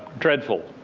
dreadful.